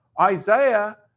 Isaiah